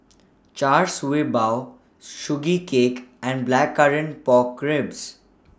Char Siew Bao Sugee Cake and Blackcurrant Pork Ribs